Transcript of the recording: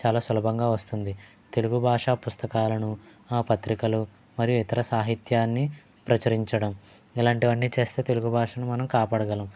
చాలా సులభంగా వస్తుంది తెలుగు భాషా పుస్తకాలను ఆ పత్రికలను మరియు ఇతర సాహిత్యాన్ని ప్రచురించడం ఇలాంటివన్నీ చేస్తే తెలుగు భాషను మనం కాపాడగలం